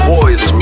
Boys